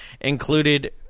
included